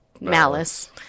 malice